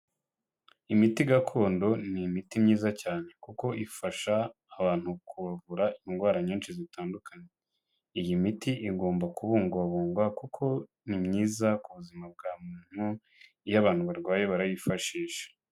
Imiti gakondo ni imiti myiza cyane; kuko ifasha abantu kuvura indwara nyinshi zitandukanye. Iyi miti igomba kubungwabungwa kuko ni myiza ku buzima bwa muntu; iyo abantu barwaye barayifashisha.